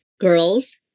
girls